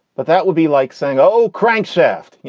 but that would be like saying, oh, crankshaft, you